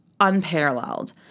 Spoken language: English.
unparalleled